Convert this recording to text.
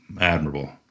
admirable